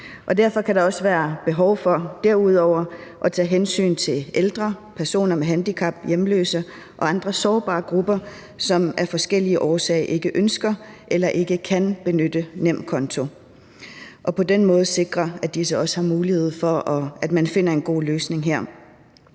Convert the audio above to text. Derfor kan der derudover også være behov for at tage hensyn til ældre, personer med handicap, hjemløse og andre sårbare grupper, som af forskellige årsager ikke ønsker eller ikke kan benytte nemkonto, og på den måde sikre, at man finder en god løsning her.